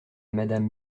madame